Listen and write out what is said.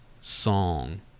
song